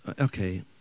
okay